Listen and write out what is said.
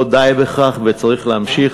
לא די בכך וצריך להמשיך